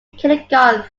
kindergarten